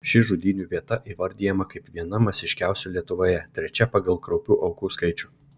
ši žudynių vieta įvardijama kaip viena masiškiausių lietuvoje trečia pagal kraupių aukų skaičių